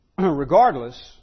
regardless